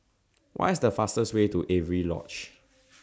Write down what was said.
What IS The fastest Way to Avery Lodge